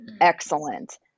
excellent